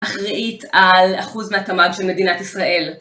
אחראית על אחוז מהתמ"ג של מדינת ישראל.